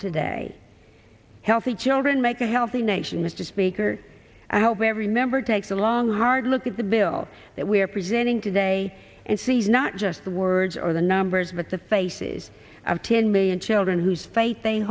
today healthy children make a healthy nation mr speaker i hope every member takes a long hard look at the bill that we are presenting today and seize not just the words or the numbers but the faces of ten million children whose fate th